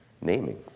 naming